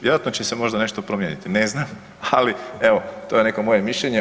Vjerojatno će se možda nešto promijeniti, ne znam, ali evo to je neko moje mišljenje.